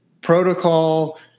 protocol